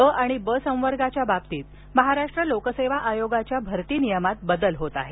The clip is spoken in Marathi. अ आणि ब संवर्गाच्या बाबतीत महाराष्ट्र लोकसेवा आयोगाच्या भरती नियमात बदल होत आहेत